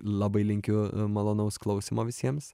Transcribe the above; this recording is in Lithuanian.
labai linkiu malonaus klausymo visiems